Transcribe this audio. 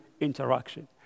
interaction